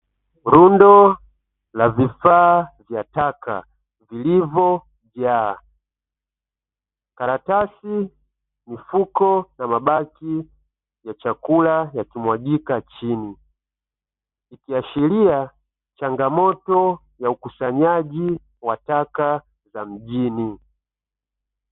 Rundo la vifaa vya taka vilivyo jaa karatasi, mifuko na mabaki ya chakula yakimwagika chini. Ikiashiria changamoto za ukusanyaji wa taka za mjini.